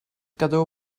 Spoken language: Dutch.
cadeau